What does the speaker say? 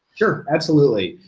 sure, absolutely.